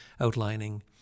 outlining